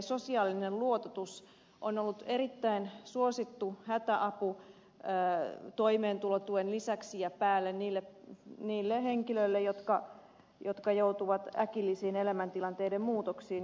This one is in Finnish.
sosiaalinen luototus on ollut erittäin suosittu hätäapu toimeentulotuen lisäksi ja päälle niille henkilöille jotka joutuvat äkillisiin elämäntilanteiden muutoksiin